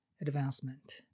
advancement